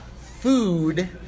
food